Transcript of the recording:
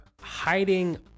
hiding